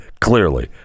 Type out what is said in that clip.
clearly